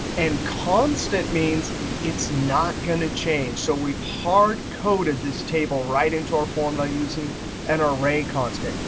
and constant means it's not going to change. so we've hardcoded this table right into our formula using an array constant.